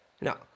No